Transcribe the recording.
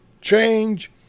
change